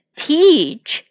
teach